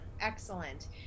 excellent